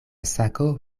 sako